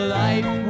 life